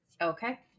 Okay